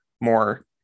more